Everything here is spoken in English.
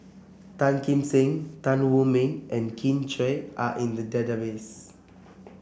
Tan Kim Seng Tan Wu Meng and Kin Chui are in the database